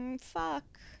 Fuck